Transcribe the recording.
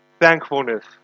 thankfulness